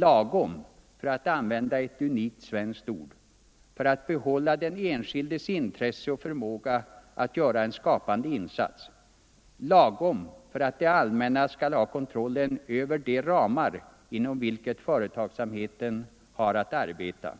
Lagom =— för att använda ett unikt svenskt ord — för att behålla den enskildes intresse och förmåga att göra en skapande insats. Lagom för att det allmänna skall ha kontrollen över de ramar inom vilka företagsamheten har att arbeta.